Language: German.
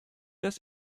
des